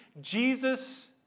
Jesus